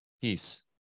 peace